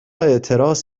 اعتراض